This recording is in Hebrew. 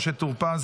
משה טור פז,